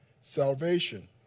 salvation